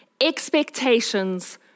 Expectations